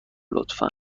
لطفا